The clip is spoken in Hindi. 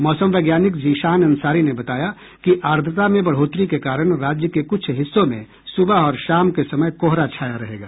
मौसम वैज्ञानिक जीशान अंसारी ने बताया कि आर्द्रता में बढोतरी के कारण राज्य के कुछ हिस्सों में सुबह और शाम के समय कोहरा छाया रहेगा